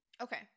Okay